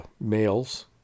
males